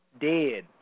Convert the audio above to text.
dead